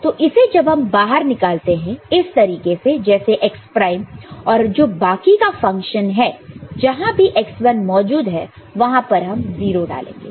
तो इसे जब हम बाहर निकालते हैं इस तरीके से जैसे x प्राइम और जो बाकी का फंक्शन है जहां भी x1 मौजूद है वहां पर हम 0 डालेंगे